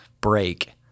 break